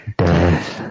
death